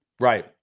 right